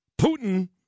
Putin